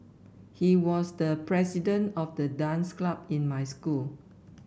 he was the president of the dance club in my school